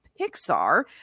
Pixar